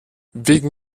wegen